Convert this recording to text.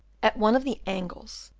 at one of the angles,